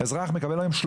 נחוצה להזמנת תורים.